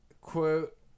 quote